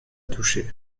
toucher